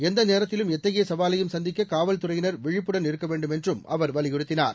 எந்த நேரத்திலும் எத்தகைய சவாலையும் சந்திக்க காவல்துறையினர் விழிப்புடன் இருக்க வேண்டும் என்றும் அவர் வலியுறுத்தினார்